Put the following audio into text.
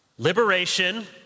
Liberation